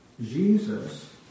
Jesus